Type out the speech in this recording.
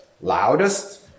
loudest